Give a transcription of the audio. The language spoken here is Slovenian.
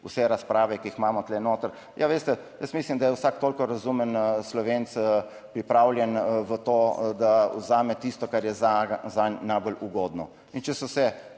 vse razprave, ki jih imamo tu noter. Ja, veste, jaz mislim, da je vsak toliko razumen Slovenec pripravljen v to, da vzame tisto, kar je za zanj najbolj ugodno.